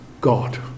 God